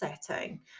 setting